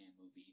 movie